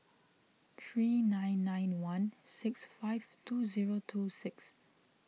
three nine nine one six five two zero two zero six